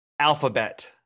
alphabet